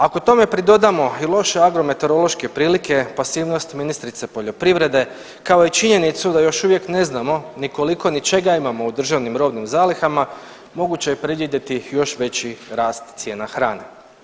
Ako tome pridodamo i loše agrometeorološke prilike, pasivnost ministrice poljoprivrede kao i činjenicu da još uvijek ne znamo ni koliko, ni čega imamo u državnim robnim zalihama moguće je predvidjeti još veći rast cijena hrane.